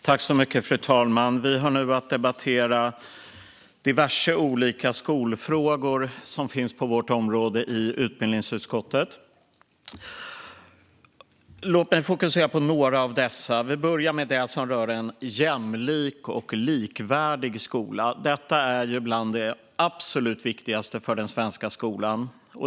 Fru talman! Vi har nu att debattera diverse olika skolfrågor som finns på vårt område i utbildningsutskottet. Låt mig fokusera på några av dessa. Vi börjar med det som rör en jämlik och likvärdig skola. Detta är bland det absolut viktigaste för den svenska skolan.